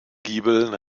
giebel